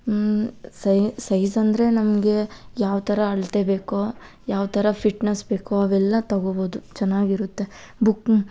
ಸೈ ಸೈಜ್ ಅಂದರೆ ನಮಗೆ ಯಾವ ಥರ ಅಳತೆ ಬೇಕೊ ಯಾವ ಥರ ಫಿಟ್ನೆಸ್ ಬೇಕೊ ಅವೆಲ್ಲ ತಗೊಬೋದು ಚೆನ್ನಾಗಿರುತ್ತೆ ಬುಕ್ ಮ್